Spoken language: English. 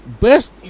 Best